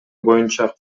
боюнча